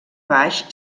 baix